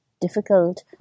difficult